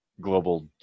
global